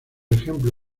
ejemplo